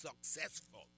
successful